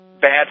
bad